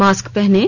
mask पहनें